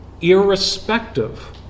Irrespective